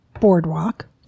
boardwalk